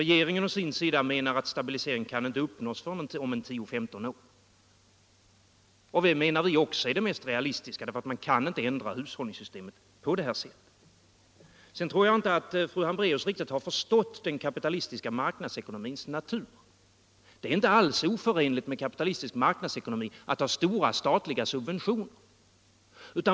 Regeringen å sin sida anser att den stabiliseringen inte kan uppnås förrän om 10 å 15 år. Det anser vi också vara det mest realistiska, eftersom man inte kan ändra hushållningssystemet på det här sättet. Sedan tror jag att fru Hambraeus inte riktigt har förstått den kapitalistiska marknadsekonomins natur. Det är inte alls oförenligt med kapitalistisk marknadsekonomi att ha stora statliga subventioner.